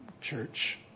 church